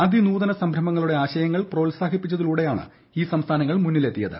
അതിനൂതന സംരംഭങ്ങളുടെ ആശയങ്ങൾ പ്രോത്സാഹിപ്പിച്ചതിലൂടെയാണ് ഈ സംസ്ഥാനങ്ങൾ മുന്നിലെത്തിയത്